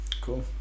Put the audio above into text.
Cool